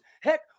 Heck